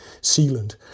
Sealand